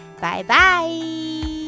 Bye-bye